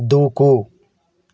దూకు